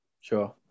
Sure